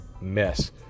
mess